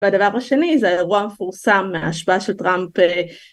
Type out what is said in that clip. ‫והדבר השני זה האירוע המפורסם ‫מההשפעה שטראמפ.